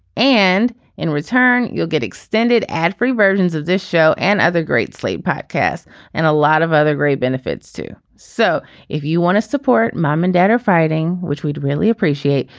and in return you'll get extended ad free versions of this show and other great slate podcasts and a lot of other great benefits too. so if you want to support mom and dad are fighting which we'd really appreciate.